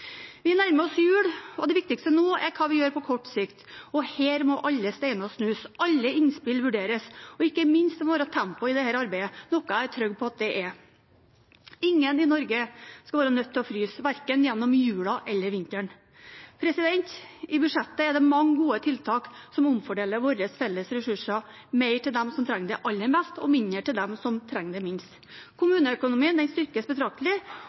Vi nærmer oss jul, og det viktigste nå er hva vi gjør på kort sikt. Her må alle steiner snus, alle innspill vurderes, og ikke minst må det være tempo i arbeidet, noe jeg er trygg på at det er. Ingen i Norge skal være nødt til å fryse verken gjennom jula eller vinteren. I budsjettet er det mange gode tiltak som omfordeler våre felles ressurser – mer til dem som trenger det aller mest, og mindre til dem som trenger det minst. Kommuneøkonomien styrkes betraktelig,